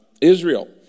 Israel